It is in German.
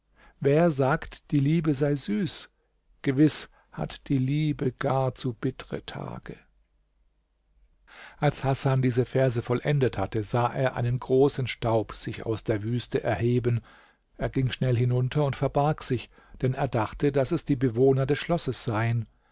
wer sagt die liebe sei süß gewiß hat die liebe gar zu bittre tage als hasan diese verse vollendet hatte sah er einen großen staub sich aus der wüste erheben er ging schnell hinunter und verbarg sich denn er dachte daß es die bewohner des schlosses seien